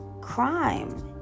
crime